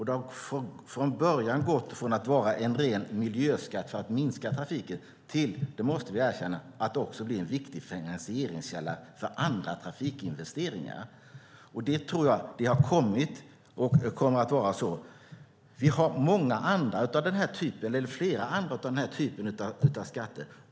Den har gått från att vara en ren miljöskatt för att minska trafiken till att också bli en viktig finansieringskälla för andra trafikinvesteringar. Det måste vi erkänna, och det kommer att vara så. Vi har flera sådana här skatter.